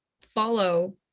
follow